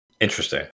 Interesting